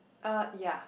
uh ya